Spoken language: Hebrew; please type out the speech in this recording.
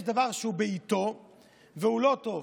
יש דבר שהוא בעיתו והוא לא טוב,